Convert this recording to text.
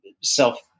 self